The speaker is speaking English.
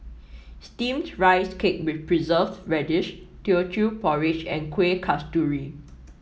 steamed Rice Cake with Preserved Radish Teochew Porridge and Kuih Kasturi